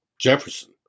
Jefferson